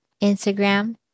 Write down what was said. Instagram